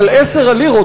אבל 10 הלירות,